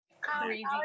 Crazy